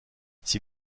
sie